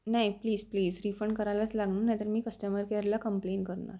नाही please please refund करायला लागणार नाही तर मी कस्टमर केअरला कम्प्लेन करणार